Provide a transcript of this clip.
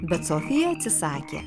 bet sofija atsisakė